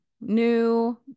new